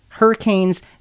Hurricanes